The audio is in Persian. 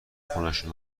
خونشون